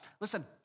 Listen